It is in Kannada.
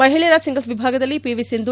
ಮಹಿಳೆಯರ ಸಿಂಗಲ್ಲ್ ವಿಭಾಗದಲ್ಲಿ ಪಿವಿ ಸಿಂಧು